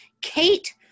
kate